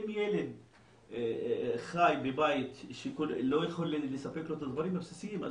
אם ילד חי בבית שלא יכול לספק לו את הדברים הבסיסיים אז